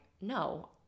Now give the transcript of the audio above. no